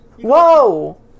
Whoa